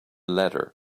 ladder